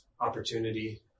opportunity